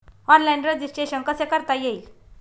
Online registration कसे करता येईल?